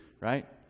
right